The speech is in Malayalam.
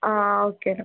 ആ ഓക്കെ ഡോക്ടർ